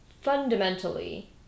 fundamentally